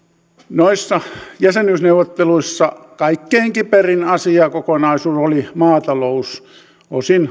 noissa jäsenyysneuvotteluissa kaikkein kiperin asiakokonaisuus oli maatalous osin